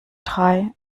drei